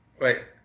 Wait